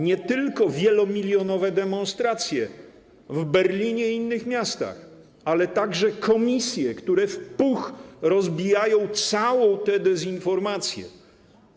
Nie tylko wielomilionowe demonstracje w Berlinie i innych miastach, ale także komisje, które w puch rozbijają całą tę dezinformację.